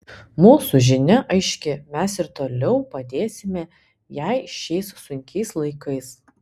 mūsų žinia aiški mes ir toliau padėsime jai šiais sunkiais laikais